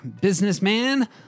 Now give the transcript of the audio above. businessman